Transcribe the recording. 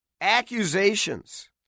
accusations